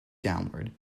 downward